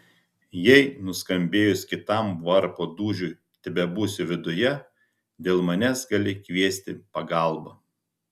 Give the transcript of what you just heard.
jei nuskambėjus kitam varpo dūžiui tebebūsiu viduje dėl manęs gali kviesti pagalbą